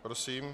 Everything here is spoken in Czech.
Prosím.